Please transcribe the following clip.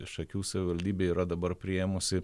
iš akių savivaldybė yra dabar priėmusi